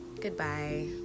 Goodbye